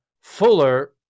fuller